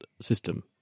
system